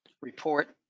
report